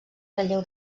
relleu